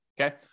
okay